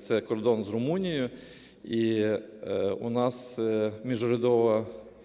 це кордон з Румунією, і у нас міжурядова